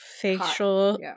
facial